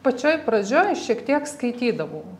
pačioj pradžioj šiek tiek skaitydavau